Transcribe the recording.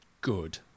good